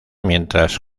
mientras